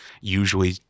usually